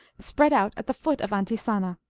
spread out at the foot of antisana.